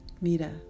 Mira